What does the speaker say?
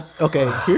Okay